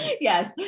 yes